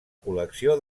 col·lecció